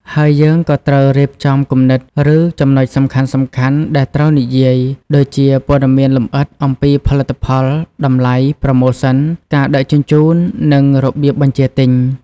ហើយយើងក៏ត្រូវរៀបចំគំនិត ឬចំណុចសំខាន់ៗដែលត្រូវនិយាយ ដូចជាព័ត៌មានលម្អិតអំពីផលិតផល តម្លៃ ប្រម៉ូសិន ការដឹកជញ្ជូន និងរបៀបបញ្ជាទិញ។